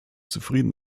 zufrieden